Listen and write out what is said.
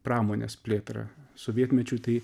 pramonės plėtrą sovietmečiu tai